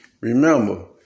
Remember